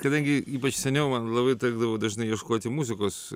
kadangi seniau man labai tekdavo dažnai ieškoti muzikos